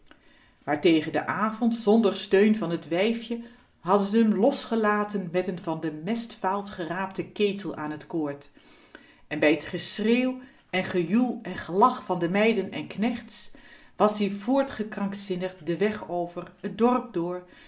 maar tegen den avond zonder steun van t wijfje hadden ze m losgelaten met n van de mestvaalt geraapten ketel aan t koord en bij t geschreeuw en gejoel en gelach van de meiden en knechts was-ie voort gekrankzinnigd den weg over t dorp door